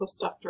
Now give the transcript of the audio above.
postdoctoral